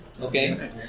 okay